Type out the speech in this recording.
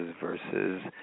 versus